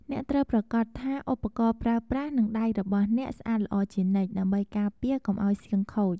អ្នកត្រូវប្រាកដថាឧបករណ៍ប្រើប្រាស់ និងដៃរបស់អ្នកស្អាតល្អជានិច្ច ដើម្បីការពារកុំឱ្យសៀងខូច។